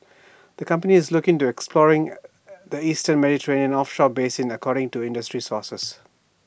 the company is looking at exploring the eastern Mediterranean offshore basin according to industry sources